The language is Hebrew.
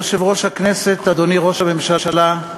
אדוני יושב-ראש הכנסת, אדוני ראש הממשלה,